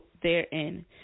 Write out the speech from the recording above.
therein